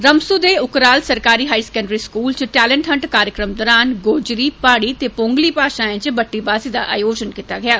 रामसू दे उखराल सरकारी higher secondary school च टेलेन्ट हट कार्यक्रम दौरान गोजरी पहाड़ी ते पोगली भाषाएं च बातीबाज़ी दा आयोजन कीता गेआ